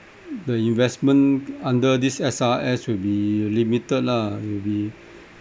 the investment under this S_R_S will be limited lah will be